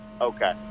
okay